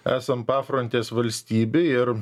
esam pafrontės valstybė ir